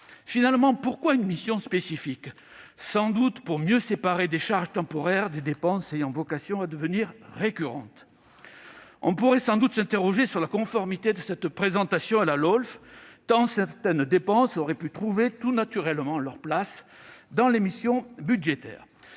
Finalement, pourquoi une mission spécifique ? Sans doute pour mieux séparer des charges temporaires des dépenses ayant vocation à devenir récurrentes. On pourrait sans doute s'interroger sur la conformité de cette présentation à la loi organique relative aux lois de finances, la LOLF, tant certaines dépenses auraient pu trouver tout naturellement leur place dans les missions budgétaires.